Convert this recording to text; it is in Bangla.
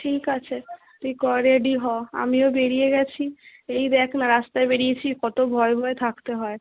ঠিক আছে তুই ক রেডি হ আমিও বেরিয়ে গেছি এই দেখ না রাস্তায় বেরিয়েছি কতো ভয়ে ভয়ে থাকতে হয়